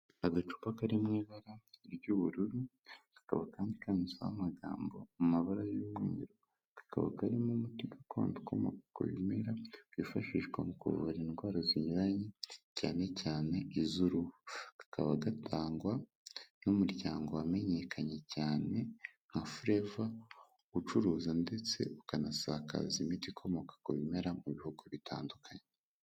Agacupa kari mu ibara ry'ubururu, kakaba kandi kanditsweho amagambo mu mabara y'umweru, kakaba karimo umuti gakondo ukomoka ku bimera wifashishwa mu kuvura indwara zinyuranye, cyane cyane iz'uruhu. Kakaba gatangwa n'umuryango wamenyekanye cyane nka Forever, ucuruza ndetse ukanasakaza imiti ikomoka ku bimera mu bihugu bitandukanye.